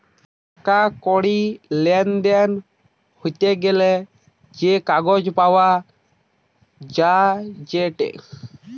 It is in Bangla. টাকা কড়ির লেনদেন হতে গ্যালে যে কাগজ পাওয়া যায়েটে